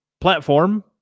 platform